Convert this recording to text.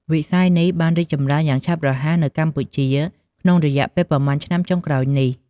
វិស័យនេះបានរីកចម្រើនយ៉ាងឆាប់រហ័សនៅកម្ពុជាក្នុងរយៈពេលប៉ុន្មានឆ្នាំចុងក្រោយនេះ។